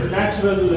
natural